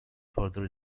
further